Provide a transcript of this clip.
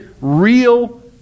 real